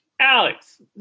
Alex